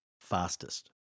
fastest